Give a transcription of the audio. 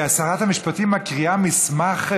שרת המשפטים מקריאה מסמך,